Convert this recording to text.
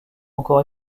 encore